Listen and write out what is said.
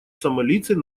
сомалийцы